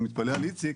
אני מתפלא על איציק,